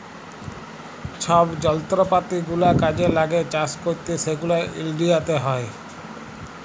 ছব যলত্রপাতি গুলা কাজে ল্যাগে চাষ ক্যইরতে সেগলা ইলডিয়াতে হ্যয়